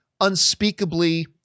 unspeakably